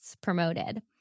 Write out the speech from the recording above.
promoted